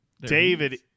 David